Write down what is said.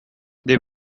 they